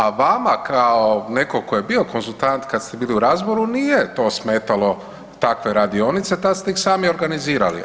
A vama kao neko ko je bio konzultant kada ste bili u Razboru nije to smetalo takve radionice, tad ste ih sami organizirali.